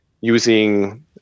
using